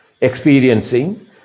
experiencing